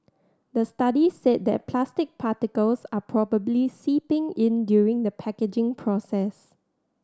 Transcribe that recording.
the study said that plastic particles are probably seeping in during the packaging process